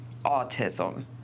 autism